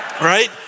right